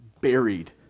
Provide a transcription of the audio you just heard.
buried